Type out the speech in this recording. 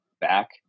back